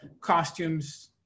costumes